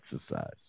exercise